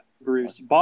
Bruce